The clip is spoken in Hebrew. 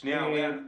שנייה, אוריין.